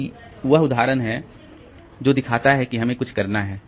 तो यह वह उदाहरण है जो दिखाता है कि हमें कुछ करना है